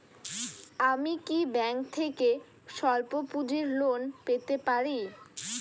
আমি কি ব্যাংক থেকে স্বল্প পুঁজির লোন পেতে পারি?